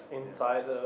inside